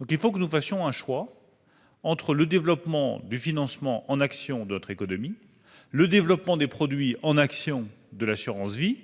nous faut donc faire un choix entre le développement du financement en actions de notre économie, le développement des produits en actions de l'assurance vie